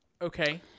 Okay